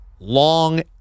Long